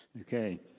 Okay